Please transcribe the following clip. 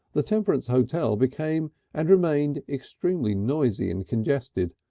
the temperance hotel became and remained extremely noisy and congested,